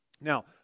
Now